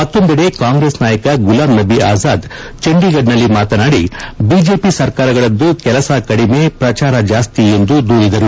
ಮತ್ತೊಂದೆಡೆ ಕಾಂಗ್ರೆಸ್ ನಾಯಕ ಗುಲಾಂನಬಿ ಆಜಾದ್ ಚಂಡೀಗಢ್ನಲ್ಲಿ ಮಾತನಾಡಿ ಬಿಜೆಪಿ ಸರ್ಕಾರಗಳದ್ದು ಕೆಲಸ ಕಡಿಮೆ ಪ್ರಚಾರ ಜಾಸ್ತಿ ಎಂದು ದೂರಿದರು